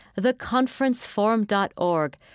theconferenceforum.org